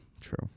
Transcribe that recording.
true